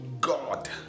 God